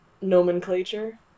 Nomenclature